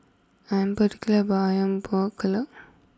I'm particular about Ayam Buah Keluak